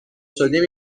شدیم